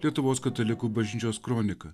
lietuvos katalikų bažnyčios kronika